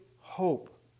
hope